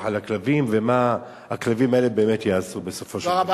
על הכלבים ומה הכלבים האלה באמת יעשו בסופו של דבר.